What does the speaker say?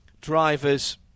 drivers